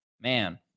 Man